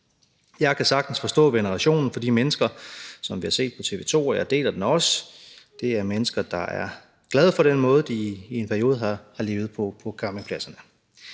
Jeg kan sagtens forstå venerationen for de mennesker, som vi har set på TV 2, og jeg deler den også. Det er mennesker, der er glade for den måde, de i en periode har levet på på campingpladserne.